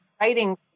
writing